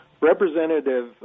Representative